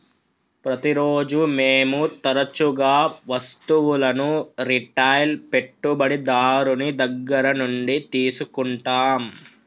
ప్రతిరోజు మేము తరచుగా వస్తువులను రిటైల్ పెట్టుబడిదారుని దగ్గర నుండి తీసుకుంటాం